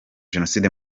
jenoside